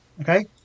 Okay